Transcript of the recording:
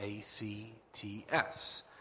A-C-T-S